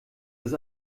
ist